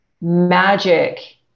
magic